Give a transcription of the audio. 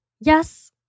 yes